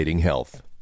health